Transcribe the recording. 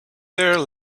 there